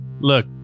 Look